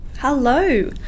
Hello